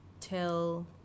tell